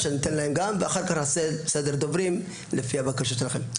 ניתן להם גם ואחר כך נעשה סדר דוברים לפי הבקשות שלכם.